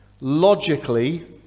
logically